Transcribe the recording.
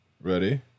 Ready